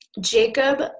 Jacob